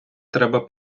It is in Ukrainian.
треба